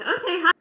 okay